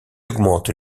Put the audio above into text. augmente